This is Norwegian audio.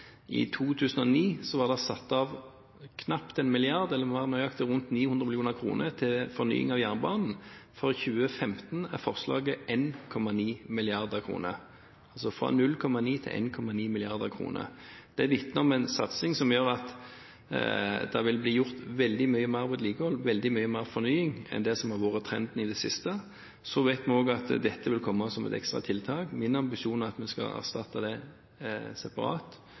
I 2009 var det satt av knapt én milliard, eller mer nøyaktig rundt 900 mill. kr, til fornying av jernbanen. For 2015 er forslaget 1,9 mrd. kr, altså fra 0,9 til 1,9 mrd. kr. Det vitner om en satsing som gjør at det vil bli veldig mye mer vedlikehold og veldig mye mer fornying enn det som har vært trenden i det siste. Vi vet også at dette vil komme som et ekstra tiltak. Min ambisjon er at vi skal erstatte det separat,